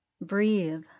breathe